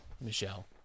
Michelle